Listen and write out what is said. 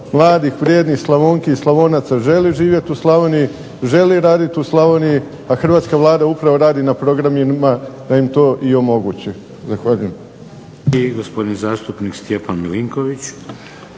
mladih vrijednih Slavonki i Slavonaca želi živjeti u Slavoniji, želi raditi u Slavoniji a hrvatska Vlada upravo radi na programima da im to omogući. Zahvaljujem.